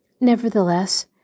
Nevertheless